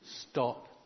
stop